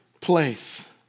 place